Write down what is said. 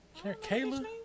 Kayla